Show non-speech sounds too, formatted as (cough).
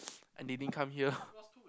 (noise) and they didn't come here